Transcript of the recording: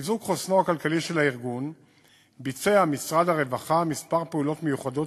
לחיזוק חוסנו הכלכלי של הארגון ביצע משרד הרווחה כמה פעולות מיוחדות,